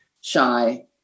shy